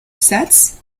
sets